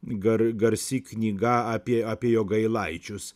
gar garsi knyga apie apie jogailaičius